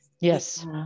Yes